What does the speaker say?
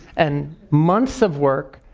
and months of work,